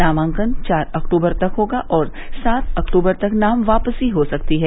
नामांकन चार अक्टूबर तक होगा और सात अक्टूबर तक नाम वापसी हो सकती है